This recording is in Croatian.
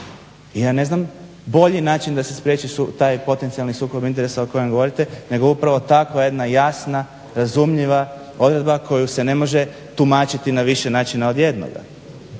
I ja ne znam bolji način da se spriječi taj potencijalni sukob interesa o kojem govorite nego upravo tako jedna jasna razumljiva odredba koju se ne može tumačiti na više načina od jednoga.